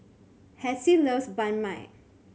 Hassie loves Banh Mi